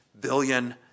billion